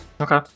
Okay